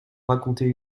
raconter